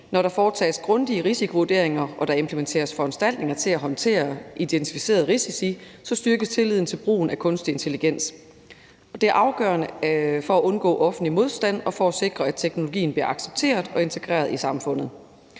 Når der foretages grundige risikovurderinger og der implementeres foranstaltninger til at håndtere identificerede risici, styrkes tilliden til brugen af kunstig intelligens. Det er afgørende for at undgå offentlig modstand og for at sikre, at teknologien bliver accepteret og integreret i samfundet.